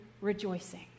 rejoicing